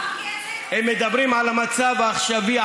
הם מדברים על המצב העכשווי,